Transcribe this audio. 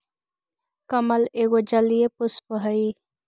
कमल एगो जलीय पुष्प हइ